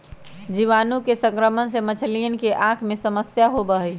जीवाणुअन के संक्रमण से मछलियन के आँख में समस्या होबा हई